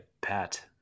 pat